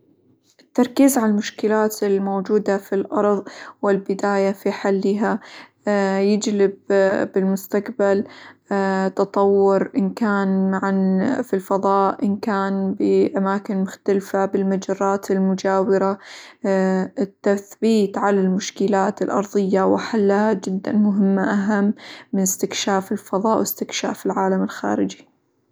التركيز على المشكلات الموجودة في الأرظ، والبداية في حلها، يجلب بالمستقبل تطور إن كان -عن- في الفظاء، إن كان بأماكن مختلفة بالمجرات المجاورة، التثبيت على المشكلات الأرظية، وحلها جدًا مهم أهم من استكشاف الفظاء، واستكشاف العالم الخارجي.